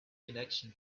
connection